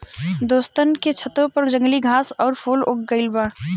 दोस्तन के छतों पर जंगली घास आउर फूल उग गइल बा